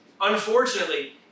unfortunately